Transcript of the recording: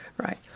Right